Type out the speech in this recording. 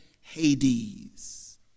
Hades